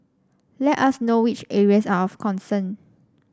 let us know which areas are of concern